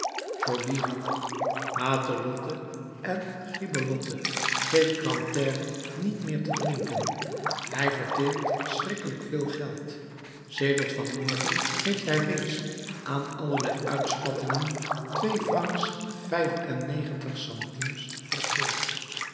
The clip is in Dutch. joly riep matelotte en gibelotte geeft grantaire niet meer te drinken hij verteert schrikkelijk veel geld sedert van morgen heeft hij reeds aan allerlei uitspattingen twee francs vijf-en-negentig centimes verspild